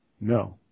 No